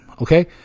Okay